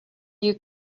you